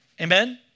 Amen